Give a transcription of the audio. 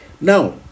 now